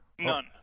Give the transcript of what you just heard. None